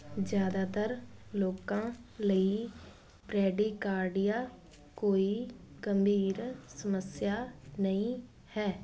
ਜ਼ਿਆਦਾਤਰ ਲੋਕਾਂ ਲਈ ਬ੍ਰੈਡੀਕਾਰਡੀਆ ਕੋਈ ਗੰਭੀਰ ਸਮੱਸਿਆ ਨਹੀਂ ਹੈ